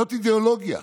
זאת אידיאולוגיה,